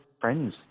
friends